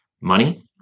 money